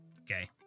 Okay